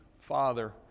father